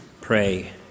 pray